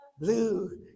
Blue